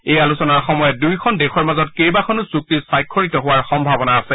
এই আলোচনাৰ সময়ত দুয়োখন দেশৰ মাজত কেইবাখনো চুক্তি স্বাক্ষৰিত হোৱাৰ সম্ভাৱনা আছে